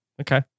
Okay